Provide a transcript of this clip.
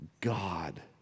God